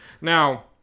Now